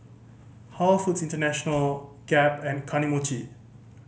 Halal Foods International Gap and Kane Mochi